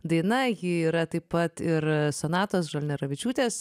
daina ji yra taip pat ir sonatos žalneravičiūtės